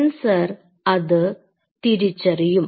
sensor അത് തിരിച്ചറിയും